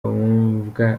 wumva